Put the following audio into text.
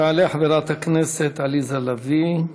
תעלה חברת הכנסת עליזה לביא,